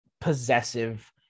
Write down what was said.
possessive